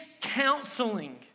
counseling